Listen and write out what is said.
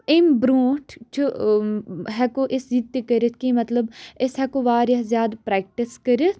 أمۍ برونٛٹھ چھُ ہٮ۪کو أسۍ یہِ تہِ کٔرِتھ کینٛہہ مطلب أسۍ ہٮ۪کو واریاہ زیادٕ پرٛٮ۪کٹِس کٔرِتھ